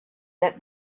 that